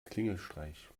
klingelstreich